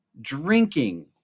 drinking